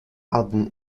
album